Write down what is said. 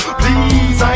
please